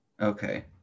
Okay